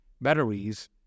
batteries